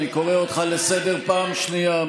אני קורא אותך לסדר פעם שנייה.